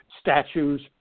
statues